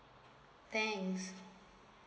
thanks